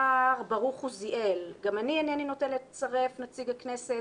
ברוך עוזיאל אמר: "גם אני אינני נוטה לצרף נציג הכנסת.